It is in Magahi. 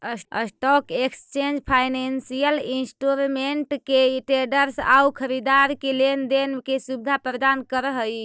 स्टॉक एक्सचेंज फाइनेंसियल इंस्ट्रूमेंट के ट्रेडर्स आउ खरीदार के लेन देन के सुविधा प्रदान करऽ हइ